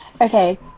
okay